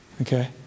Okay